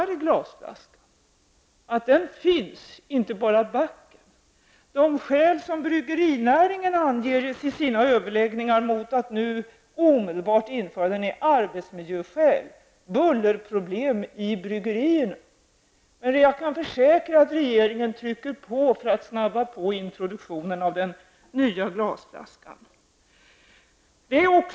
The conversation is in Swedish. Det är alltså inte bara fråga om den nya backen. De skäl som bryggerinäringen i sina överläggningar anger mot att nu omedelbart införa flaskan är arbetsmiljömässiga -- bullerproblem i bryggerierna. Men jag kan försäkra att regeringen trycker på för att snabba på introduktionen av den nya glasflaskan.